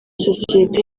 sosiyete